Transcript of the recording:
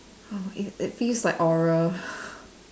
oh it it feels like oral